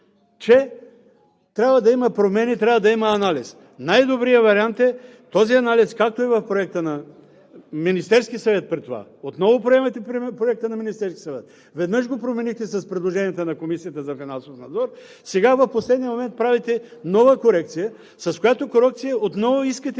че трябва да има промени, трябва да има анализ! Най-добрият вариант е този анализ, както е в Проекта на Министерския съвет при това – отново променяте Проекта на Министерския съвет – веднъж го променихте с предложенията на Комисията за финансов надзор, сега в последния момент правите нова корекция, с която корекция отново искате